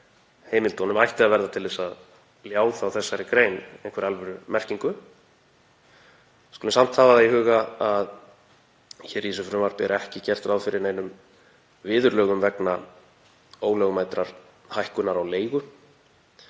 sektarheimildunum ætti að verða til þess að ljá þessari grein einhverja alvörumerkingu. Við skulum samt hafa í huga að í frumvarpinu er ekki gert ráð fyrir neinum viðurlögum vegna ólögmætrar hækkunar á leigu.